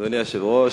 אדוני היושב-ראש,